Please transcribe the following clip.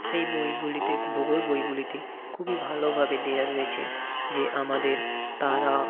সেই বইগুলিতে ভূগোল বইগুলিতে খুবই ভালো ভাবে দেওয়া রয়েছে যে আমাদের তারা